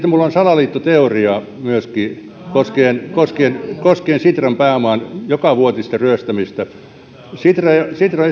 minulla on salaliittoteoria myöskin koskien koskien sitran pääoman jokavuotista ryöstämistä sitra sitra